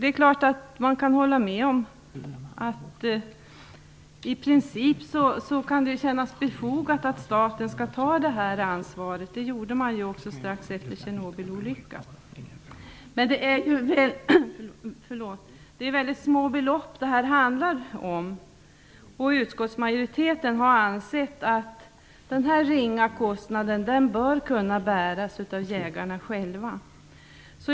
Det är klart att man kan hålla med om att det i princip kan anses befogat att staten skall ta det här ansvaret. Det gjorde staten också strax efter Tjernobylolyckan. Men det handlar om väldigt små belopp, och utskottsmajoriteten har ansett att den här ringa kostnaden bör kunna bäras av jägarna själva.